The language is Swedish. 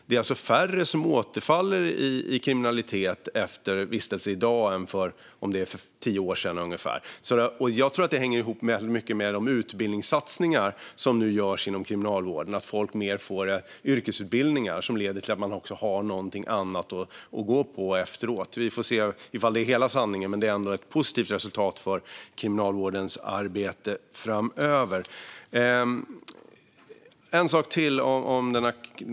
Det är alltså färre som återfaller i kriminalitet efter vistelse i dag än för ungefär tio år sedan. Jag tror att det hänger ihop med de utbildningssatsningar som nu görs inom Kriminalvården. Folk får yrkesutbildningar som leder till att de har någonting annat att gå till efteråt. Vi får se om det är hela sanningen, men det är ändå ett positivt resultat för Kriminalvårdens arbete framöver.